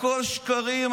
הכול שקרים.